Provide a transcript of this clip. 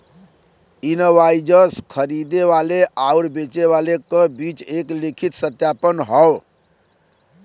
invoice खरीदे वाले आउर बेचे वाले क बीच एक लिखित सत्यापन हौ